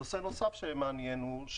נושא נוסף שמעניין הוא,